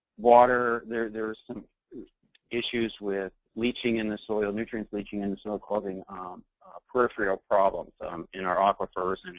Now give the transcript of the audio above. water, there there is some issues with leaching in the soil. nutrients leaching in the soil, causing peripheral problems in our aquifers,